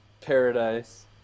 paradise